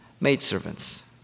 maidservants